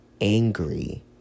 angry